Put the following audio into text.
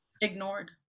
Ignored